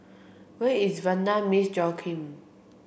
where is Vanda Miss Joaquim